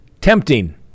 tempting